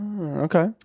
Okay